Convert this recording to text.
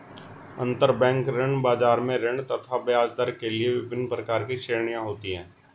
अंतरबैंक ऋण बाजार में ऋण तथा ब्याजदर के लिए विभिन्न प्रकार की श्रेणियां होती है